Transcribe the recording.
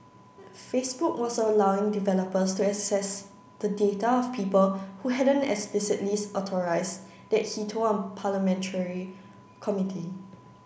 Facebook was allowing developers to access the data of people who hadn't explicitly authorised that he told a parliamentary committee